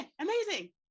amazing